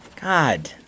god